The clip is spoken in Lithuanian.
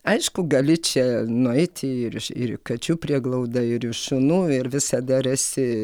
aišku gali čia nueiti ir į kačių prieglaudą ir į šunų ir visada rasi